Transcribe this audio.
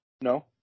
No